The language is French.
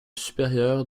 supérieur